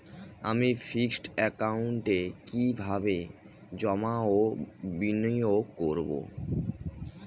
আমি ফিক্সড একাউন্টে কি কিভাবে জমা ও বিনিয়োগ করব?